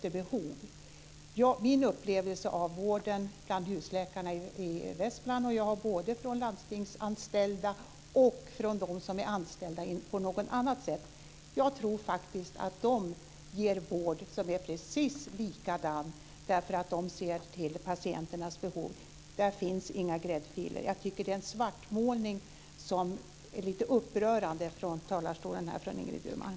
Det är min upplevelse av vården hos husläkarna i Västmanland. Det gäller både de landstingsanställda och dem som är anställda på något annat sätt. Jag tror faktiskt att de ger vård som är precis likadan. De ser till patienternas behov. Där finns inga gräddfiler. Jag tycker att det är en svartmålning som är lite upprörande från Ingrid Burman i talarstolen.